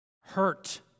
hurt